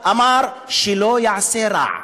אמר: שלא יעשה רע.